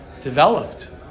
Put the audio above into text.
developed